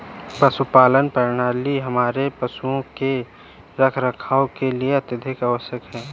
पशुपालन प्रणाली हमारे पशुओं के रखरखाव के लिए अति आवश्यक है